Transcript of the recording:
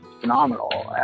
phenomenal